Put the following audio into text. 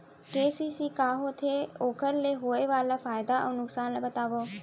KCC का होथे, ओखर ले होय वाले फायदा अऊ नुकसान ला बतावव?